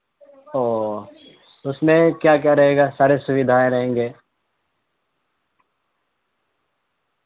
او اس میں کیا کیا رہے گا سارے سویدھائیں رہیں گے